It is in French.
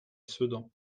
sedan